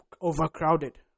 overcrowded